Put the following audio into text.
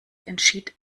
entschied